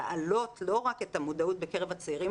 להעלות לא רק את המודעות בקרב הצעירים,